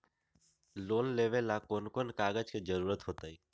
Loan लेवेला कौन कौन कागज के जरूरत होतई?